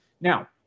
Now